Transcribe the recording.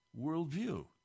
worldview